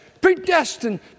predestined